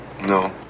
No